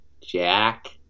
jack